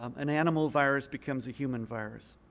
um an animal virus becomes a human virus.